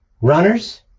Runners